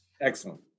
Excellent